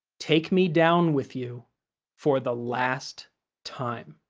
take me down with you for the last time.